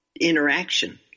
interaction